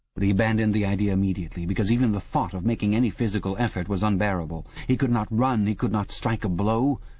but he abandoned the idea immediately, because even the thought of making any physical effort was unbearable. he could not run, he could not strike a blow.